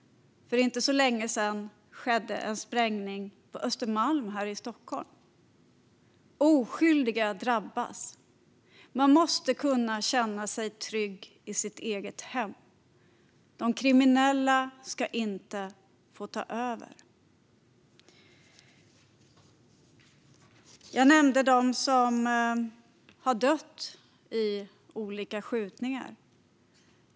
För inte så länge sedan skedde en sprängning på Östermalm här i Stockholm. Oskyldiga drabbas. Man måste kunna känna sig trygg i sitt eget hem. De kriminella ska inte få ta över. Jag nämnde dem som har dött i olika skjutningar.